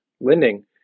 lending